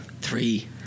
three